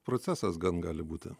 procesas gan gali būti